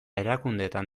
erakundeetan